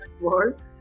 world